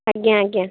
ଆଜ୍ଞା ଆଜ୍ଞା